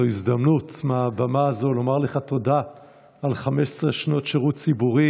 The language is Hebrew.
זו הזדמנות מהבמה הזו לומר לך תודה על 15 שנות שירות ציבורי,